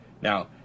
Now